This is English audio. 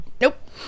Nope